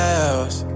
else